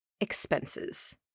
expenses